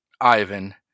Ivan